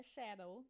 Shadow